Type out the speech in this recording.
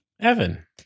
evan